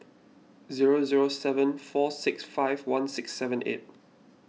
zero zero seven four six five one six seven eight